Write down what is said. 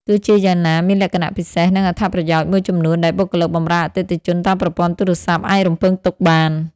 ទោះជាយ៉ាងណា មានលក្ខណៈពិសេស និងអត្ថប្រយោជន៍មួយចំនួនដែលបុគ្គលិកបម្រើអតិថិជនតាមប្រព័ន្ធទូរស័ព្ទ អាចរំពឹងទុកបាន។